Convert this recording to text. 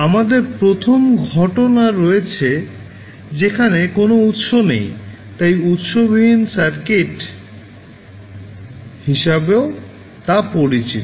আমাদের প্রথম ঘটনা রয়েছে যেখানে কোনও উৎস নেই তাই উৎস বিহীন সার্কিট হিসাবে তা পরিচিত